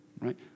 Right